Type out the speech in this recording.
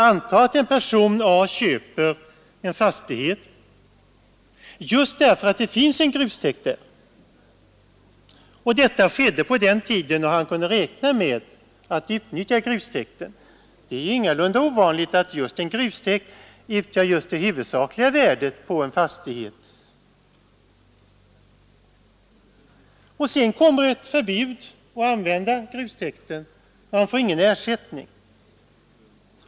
Anta att en person A köper en fastighet just därför att det finns en grustäkt där och att detta skedde på den tiden när han kunde räkna med att utnyttja grustäkten. Det är ingalunda ovanligt att en grustäkt utgör det huvudsakliga värdet på en fastighet. Sedan kommer ett förbud mot att använda grustäkten och han får ingen ersättning.